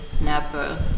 napa